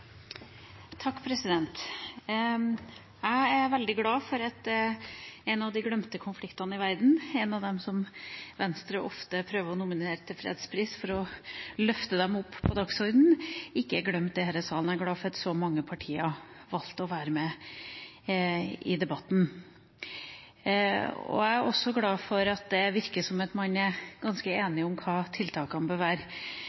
Jeg er veldig glad for at en av de glemte konfliktene i verden, en av dem som Venstre ofte prøver å nominere til fredspris for å løfte dem opp på dagsordenen, ikke er glemt i denne salen. Jeg er glad for at så mange partier valgte å være med i debatten. Jeg er også glad for at det virker som om man er ganske enige om hva tiltakene bør være.